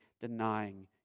denying